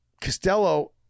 Costello